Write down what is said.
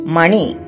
money